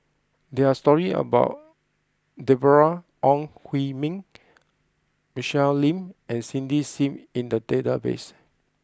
there are stories about Deborah Ong Hui Min Michelle Lim and Cindy Sim in the database